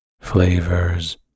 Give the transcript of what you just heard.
flavors